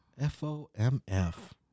F-O-M-F